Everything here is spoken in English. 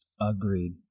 agreed